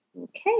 Okay